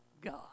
God